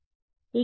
విద్యార్థి